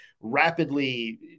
rapidly